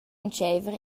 entscheiver